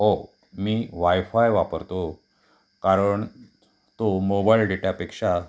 हो मी wifi वापरतो कारण तो मोबाईल डेटापेक्षा